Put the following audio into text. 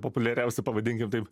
populiariausi pavadinkim taip